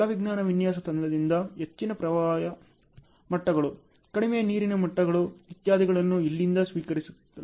ಜಲವಿಜ್ಞಾನ ವಿನ್ಯಾಸ ತಂಡದಿಂದ ಹೆಚ್ಚಿನ ಪ್ರವಾಹ ಮಟ್ಟಗಳು ಕಡಿಮೆ ನೀರಿನ ಮಟ್ಟಗಳು ಇತ್ಯಾದಿಗಳನ್ನು ಇಲ್ಲಿಂದ ಸ್ವೀಕರಿಸಲಾಗುತ್ತದೆ